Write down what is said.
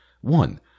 One